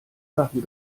sachen